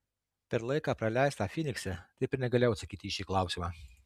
per laiką praleistą fynikse taip ir negalėjau atsakyti į šį klausimą